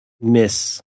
miss